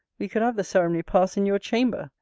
we could have the ceremony pass in your chamber,